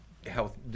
health